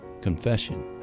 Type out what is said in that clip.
confession